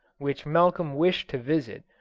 which malcolm wished to visit,